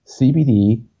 CBD